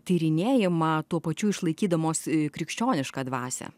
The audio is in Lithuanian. tyrinėjimą tuo pačiu išlaikydamos krikščionišką dvasią